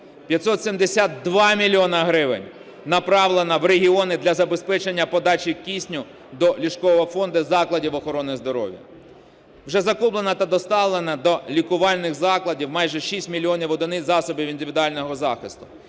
572 мільйони гривень направлено в регіони для забезпечення подачі кисню до ліжкового фонду закладів охорони здоров'я. Вже закуплено та доставлено до лікувальних закладів майже 6 мільйонів одиниць засобів індивідуального захисту,